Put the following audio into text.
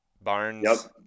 Barnes